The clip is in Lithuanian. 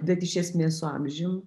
bet iš esmės su amžium